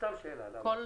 סתם שאלה, למה?